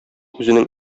үзенең